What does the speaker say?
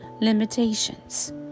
limitations